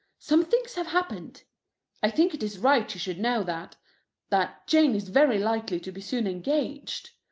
some things have happened i think it is right you should know, that that jane is very likely to be soon engaged.